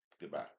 goodbye